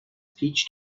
peach